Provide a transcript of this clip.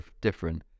different